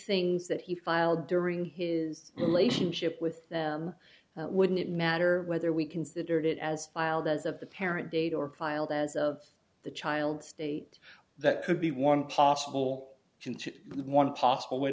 things that he filed during his relationship with them wouldn't it matter whether we considered it as filed as of the parent date or filed as of the child state that could be one possible one possible way